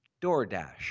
DoorDash